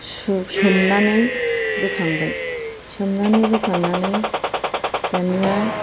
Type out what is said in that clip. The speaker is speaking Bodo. सु सोमनानै बोखांबाय सोमनानै बोखांनानै दानिया